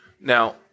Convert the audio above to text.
Now